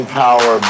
power